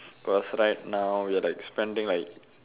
cause right now we're like spending like